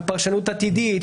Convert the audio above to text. בפרשנות עתידית,